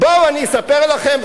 בואו אני אספר לכם,